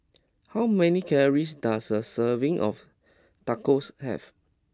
how many calories does a serving of Tacos have